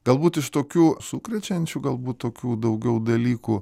galbūt iš tokių sukrečiančių galbūt tokių daugiau dalykų